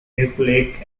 nucleic